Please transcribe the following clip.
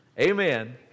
Amen